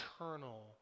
eternal